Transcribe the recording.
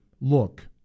look